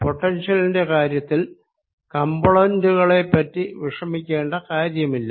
പൊട്ടൻഷ്യലിന്റെ കാര്യത്തിൽ കംപോണന്റുകളെപ്പറ്റി വിഷമിക്കേണ്ട കാര്യമില്ല